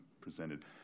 presented